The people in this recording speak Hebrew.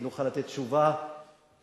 נוכל לתת תשובה אידיאולוגית,